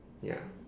ya